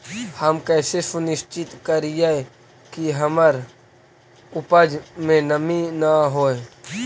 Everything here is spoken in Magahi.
हम कैसे सुनिश्चित करिअई कि हमर उपज में नमी न होय?